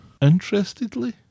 Interestedly